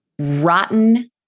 rotten